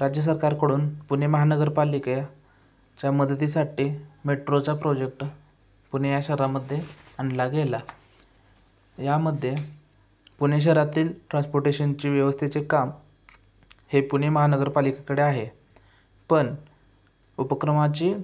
राज्य सरकारकडून पुणे महानगरपालिकेच्या मदतीसाठी मेट्रोचा प्रोजेक्ट पुणे या शहरामध्ये आणला गेला यामध्ये पुणे शहरातील ट्रान्सपोर्टेशनची व्यवस्थेचे काम हे पुणे महानगरपालिकाकडे आहे पण उपक्रमाची